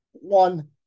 one